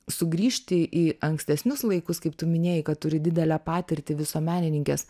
sugrįžti į ankstesnius laikus kaip tu minėjai kad turi didelę patirtį visuomenininkės